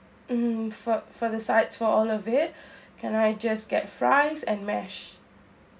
mm for for the sides for all of it can I just get fries and mash